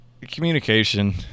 communication